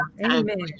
Amen